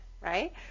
right